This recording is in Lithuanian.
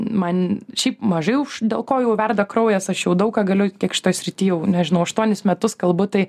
man šiaip mažiauš dėl ko jau verda kraujas aš jau daug ką galiu kiek šitoj srity jau nežinau aštuonis metus kalbu tai